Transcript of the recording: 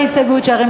סיעת